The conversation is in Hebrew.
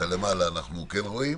את הלמעלה אנחנו כן רואים.